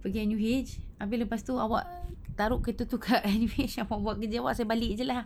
pergi N_U_H habis lepas tu awak taruk kerita tu kat N_U_H awak buat kerja saya balik jer lah